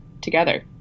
together